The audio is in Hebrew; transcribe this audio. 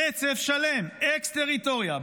רצף שלם, אקס-טריטוריה.